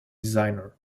designer